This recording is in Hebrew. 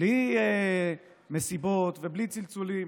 בלי מסיבות ובלי צלצולים.